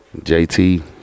JT